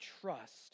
trust